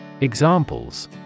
Examples